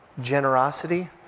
generosity